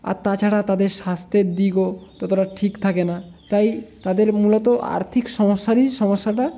আর তাছাড়া তাদের স্বাস্থ্যের দিকও ততটা ঠিক থাকে না তাই তাদের মূলত আর্থিক সমস্যারই সমস্যাটা